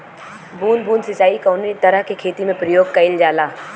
बूंद बूंद सिंचाई कवने तरह के खेती में प्रयोग कइलजाला?